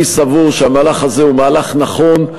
אני סבור שהמהלך הזה הוא מהלך נכון,